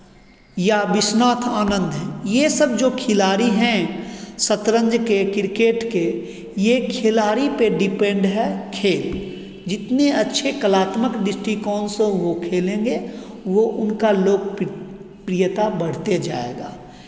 या विश्वनाथ आनन्द हैं ये सब जो खिलाड़ी हैं शतरंज के क्रिकेट के ये खिलाड़ी पे डिपेंड है खेल जितने अच्छे कलात्मक दृष्टिकोण से वो खेलेंगे वो उनका लोकप्रियता बढ़ते जाएगा